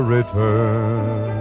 return